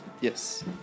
Yes